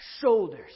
shoulders